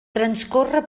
transcorre